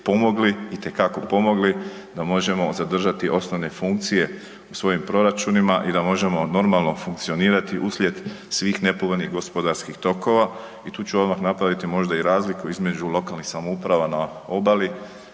itekako pomogli, da možemo zadržati osnovne funkcije u svojim proračunima i da možemo normalno funkcionirati uslijed svih nepovoljnih gospodarskih tokova i tu ću odmah napraviti možda i razliku između lokalnih samouprava na obali